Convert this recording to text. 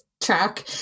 track